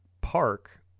park